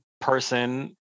person